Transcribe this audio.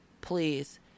please